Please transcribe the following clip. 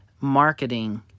marketing